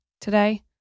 today